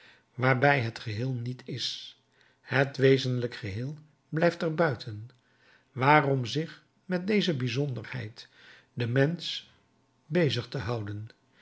waarbij het geheel niet is het wezenlijk geheel blijft er buiten waarom zich met deze bijzonderheid den mensch bezig te houden